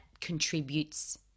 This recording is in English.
contributes